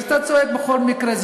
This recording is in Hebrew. אז אתה צועק בכל מקרה.